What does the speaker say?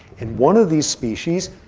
in one of these species,